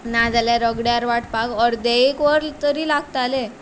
नाजाल्यार रगड्यार वांटपाक अर्दें एक वर तरी लागतालें